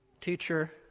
Teacher